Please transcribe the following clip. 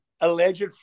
alleged